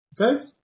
Okay